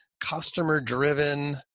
customer-driven